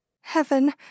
Heaven